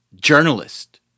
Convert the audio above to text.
journalist